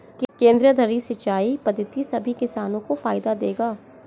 केंद्रीय धुरी सिंचाई पद्धति सभी किसानों को फायदा देगा